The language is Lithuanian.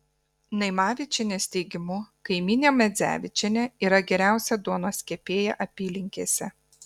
naimavičienės teigimu kaimynė medzevičienė yra geriausia duonos kepėja apylinkėse